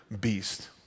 beast